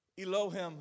Elohim